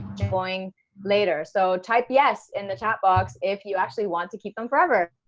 going later, so type yes in the chat box, if you actually want to keep them forever.